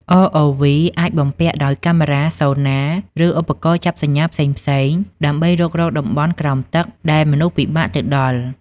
ROV អាចបំពាក់ដោយកាមេរ៉ា Sonar ឬឧបករណ៍ចាប់សញ្ញាផ្សេងៗ ដើម្បីរុករកតំបន់ក្រោមទឹកដែលមនុស្សពិបាកទៅដល់។